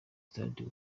stade